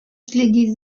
следить